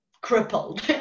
crippled